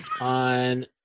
on